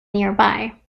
nearby